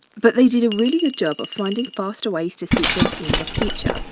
but they did a really good job of finding faster ways to sequence in the future.